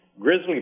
grizzly